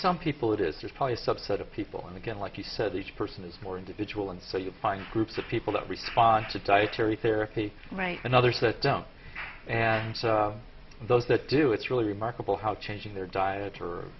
some people it is just probably a subset of people and again like you said each person is more individual and so you find groups of people that response a dietary therapy write another set down and so those that do it's really remarkable how changes their diet or